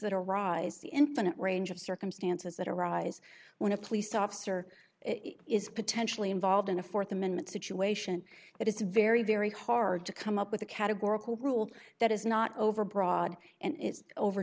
that arise the infinite range of circumstances that arise when a police officer is potentially involved in a fourth amendment situation it is very very hard to come up with a categorical rule that is not over broad and it's over